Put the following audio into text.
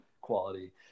quality